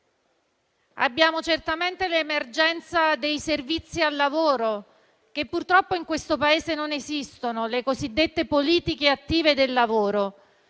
Abbiamo certamente l'emergenza dei servizi al lavoro, che purtroppo in questo Paese non esistono: le cosiddette politiche attive del lavoro.